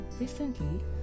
recently